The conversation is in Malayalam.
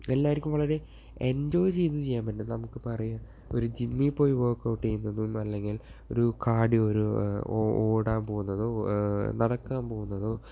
എല്ലാർക്കും വളരെ എൻജോയ് ചെയ്ത് ചെയ്യാൻ പറ്റിയ നമുക്കിപ്പോൾ അറിയാം ഓരു ജിമ്മീൽ പോയി വർക്ക് ഔട്ട് ചെയുന്നത് അല്ലെങ്കിൽ ഒരു കാർഡിയോ ഓടാൻ പോകുന്നതോ നടക്കാൻ പോകുന്നതോ